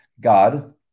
God